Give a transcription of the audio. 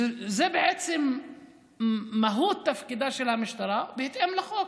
זה בעצם מהות תפקידה של המשטרה בהתאם לחוק.